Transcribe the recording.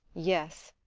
yes,